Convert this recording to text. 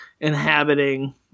inhabiting